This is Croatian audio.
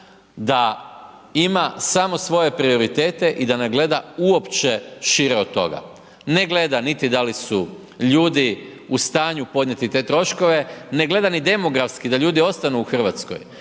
da ima samo svoje prioritete i da ne gleda uopće šire od toga. Ne gleda niti da li su ljudi u stanju podnijeti te troškove. Ne gleda ni demografski da ljudi ostaju u Hrvatskoj,